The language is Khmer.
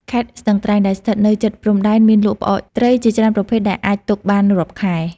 ខេត្តស្ទឹងត្រែង ដែលស្ថិតនៅជិតព្រំដែន មានលក់ផ្អកត្រីជាច្រើនប្រភេទដែលអាចទុកបានរាប់ខែ។